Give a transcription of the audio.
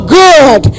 good